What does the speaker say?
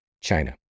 China